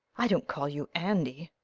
i don't call you andy.